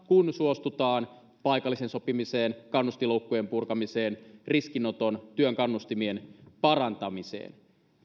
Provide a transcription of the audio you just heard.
kun suostutaan paikalliseen sopimiseen kannustinloukkujen purkamiseen riskinoton ja työn kannustimien parantamiseen